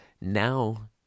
Now